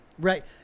Right